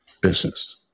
business